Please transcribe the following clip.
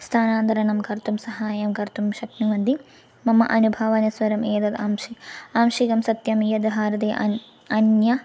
स्थानान्तरं कर्तुं सहायं कर्तुं शक्नुवन्ति मम अनुभवानुसाररम् एतत् अंशः आंशिकं सत्यं यत् भारते अन्यः अन्यः